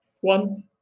one